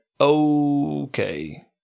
Okay